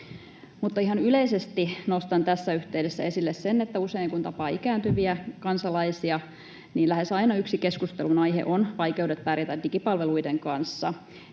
Mutta ihan yleisesti nostan tässä yhteydessä esille sen, että usein kun tapaa ikääntyviä kansalaisia, niin lähes aina yksi keskustelunaihe on vaikeudet pärjätä digipalveluiden kanssa,